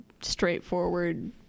straightforward